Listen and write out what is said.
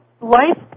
life